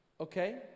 Okay